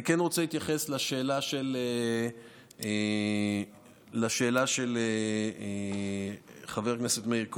אני רוצה להתייחס לשאלה של חבר הכנסת מאיר כהן,